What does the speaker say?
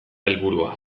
helburua